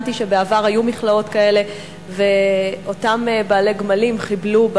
הבנתי שבעבר היו מכלאות כאלה ואותם בעלי גמלים חיבלו,